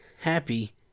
happy